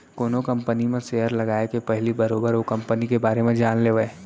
कोनो कंपनी म सेयर लगाए के पहिली बरोबर ओ कंपनी के बारे म जान लेवय